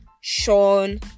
Sean